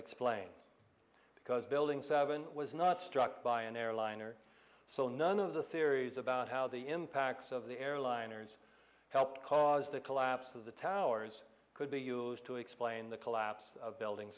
explain because building seven was not struck by an airliner so none of the theories about how the impacts of the airliners helped cause the collapse of the towers could be used to explain the collapse of building